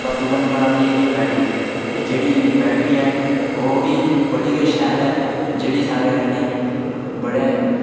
बस दूए नंबर आंदी एह्दी बैटरी ते जेह्ड़ी एह्दी बैटरी ऐ ओह्बी बड़ी गै शैल ऐ जेह्ड़ी साढ़े कन्नै बड़े